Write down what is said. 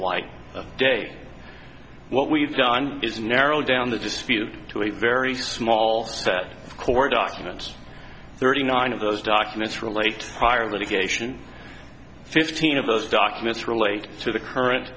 light of day what we've done is narrow down the dispute to a very small set of court documents thirty nine of those documents relate prior litigation fifteen of those documents relate to the current